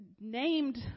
named